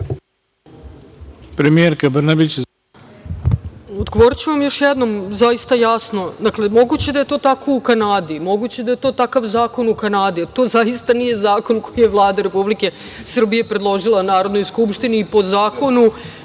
**Ana Brnabić** Odgovoriću vam još jednom, zaista jasno. Dakle, moguće da je to tako u Kanadi, moguće da je to takav zakon u Kanadi, ali to zaista nije zakon koji je Vlada Republike Srbije predložila Narodnoj skupštini i po zakonu